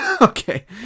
okay